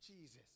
Jesus